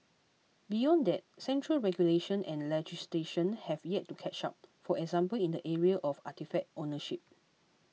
beyond that central regulation and legislation have yet to catch up for example in the area of artefact ownership